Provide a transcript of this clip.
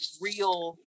real